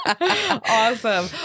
Awesome